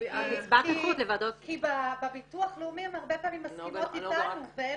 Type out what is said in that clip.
כי בביטוח הלאומי הן הרבה פעמים מסכימות איתנו והן